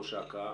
ראש אכ"א,